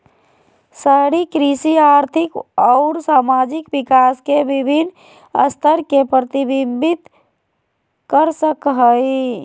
शहरी कृषि आर्थिक अउर सामाजिक विकास के विविन्न स्तर के प्रतिविंबित कर सक हई